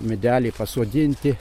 medeliai pasodinti